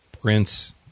prince